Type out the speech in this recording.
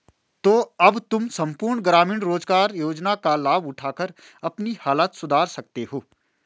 तो अब तुम सम्पूर्ण ग्रामीण रोज़गार योजना का लाभ उठाकर अपनी हालत सुधार सकते हो